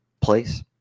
place